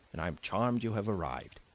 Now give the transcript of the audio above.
and i am charmed you have arrived.